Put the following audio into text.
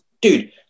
dude